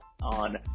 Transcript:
on